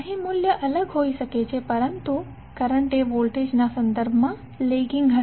અહીં મૂલ્ય અલગ હોઇ શકે પરંતુ કરંટએ વોલ્ટેજના સંદર્ભમાં લેગીંગ હશે